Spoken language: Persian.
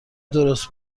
درست